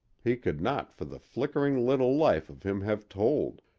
he could not for the flickering little life of him have told,